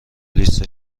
لیست